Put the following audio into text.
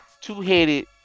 two-headed